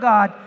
God